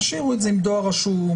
תשאירו את זה עם דואר רשום.